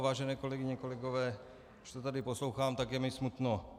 Vážené kolegyně a kolegové, co tady poslouchám, tak je mi smutno.